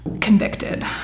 convicted